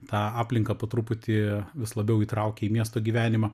tą aplinką po truputį vis labiau įtraukia į miesto gyvenimą